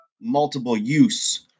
multiple-use